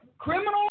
Criminal